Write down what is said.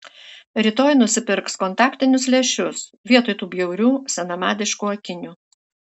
rytoj nusipirks kontaktinius lęšius vietoj tų bjaurių senamadiškų akinių